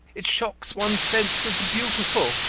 it shocks one's sense of the beautiful.